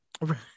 right